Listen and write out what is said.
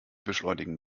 beschleunigen